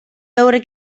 veure